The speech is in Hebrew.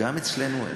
גם אצלנו אין.